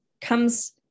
comes